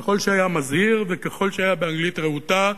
ככל שהיה מזהיר וככל שהיה באנגלית רהוטה,